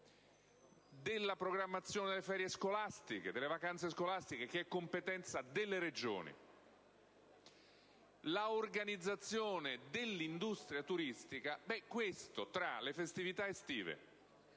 ad una programmazione delle ferie, delle vacanze scolastiche (che è competenza delle Regioni), ad un'organizzazione dell'industria turistica, tra le festività estive,